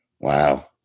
Wow